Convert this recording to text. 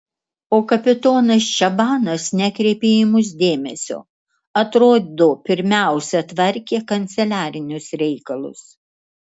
o kapitonas čabanas nekreipė į mus dėmesio atrodo pirmiausia tvarkė kanceliarinius reikalus